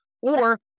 Or-